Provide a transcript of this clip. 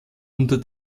unter